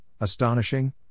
astonishing